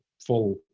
full